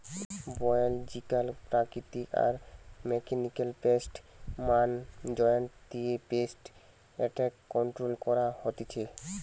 biological প্রাকৃতিক আর mechanical pest management দিয়ে পেস্ট এট্যাক কন্ট্রোল করা হতিছে